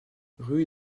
rue